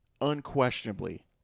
Unquestionably